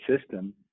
system